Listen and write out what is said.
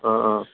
অঁ অঁ